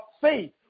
faith